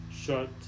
shut